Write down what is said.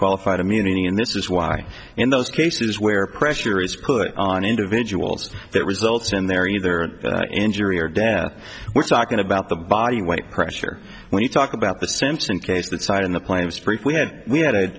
qualified immunity and this is why in those cases where pressure is put on individuals that results in their either injury or death we're talking about the body weight pressure when you talk about the simpson case that side in the plan was for if we had we had a